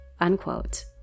unquote